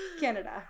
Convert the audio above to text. Canada